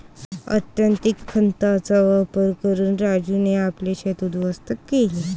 अत्यधिक खतांचा वापर करून राजूने आपले शेत उध्वस्त केले